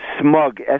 Smug